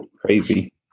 crazy